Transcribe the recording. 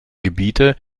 gebiete